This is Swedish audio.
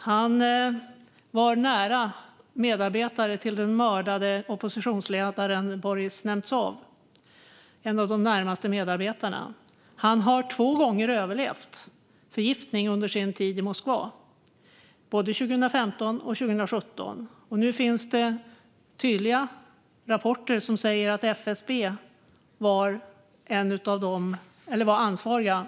Han var en av de närmaste medarbetarna till den mördade oppositionsledaren Boris Nemtsov och har två gånger överlevt förgiftningar under sin tid i Moskva, både 2015 och 2017. Nu finns det tydliga rapporter som säger att FSB var ansvariga för förgiftningsattackerna.